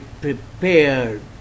prepared